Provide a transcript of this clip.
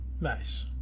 nice